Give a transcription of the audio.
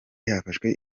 hafashwe